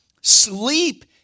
Sleep